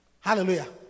Hallelujah